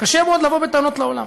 קשה מאוד לבוא בטענות לעולם.